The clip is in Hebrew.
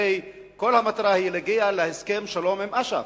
הרי כל המטרה היא להגיע להסכם שלום עם אש"ף.